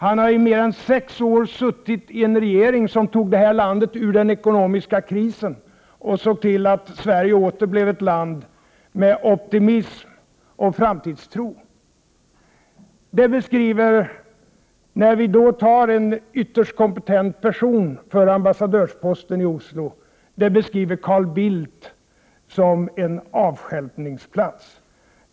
Han har i mer än sex år suttit i en regering som tog detta land ur den ekonomiska krisen och såg till att Sverige åter blev ett land med optimism och framtidstro. När vi sätter en ytterst kompetent person på ambassadörsposten i Oslo, beskriver Carl Bildt Oslo som en avstjälpningsplats.